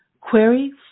Query